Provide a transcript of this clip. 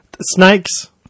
Snakes